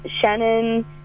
Shannon